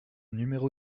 numéro